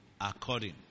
according